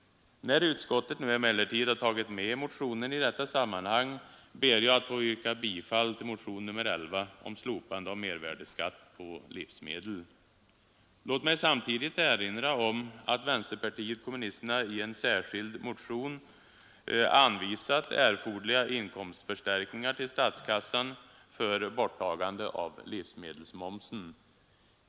När utskottet nu emellertid tagit med motionen i detta sammanhang, ber jag att få yrka bifall till motionen 11 om slopande av mervärdeskatt på livsmedel. Låt mig samtidigt erinra om att vänsterpartiet kommunisterna i en särskild motion anvisat erforderliga inkomstförstärkningar till statskassan för borttagande av livsmedelsmomsen.